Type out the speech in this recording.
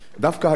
דווקא היום,